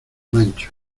mancho